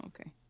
okay